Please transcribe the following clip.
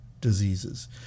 diseases